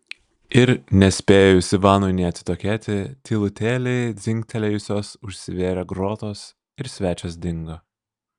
ir nespėjus ivanui nė atsitokėti tylutėliai dzingtelėjusios užsivėrė grotos ir svečias dingo